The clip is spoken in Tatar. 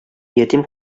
ятим